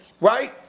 right